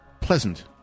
pleasant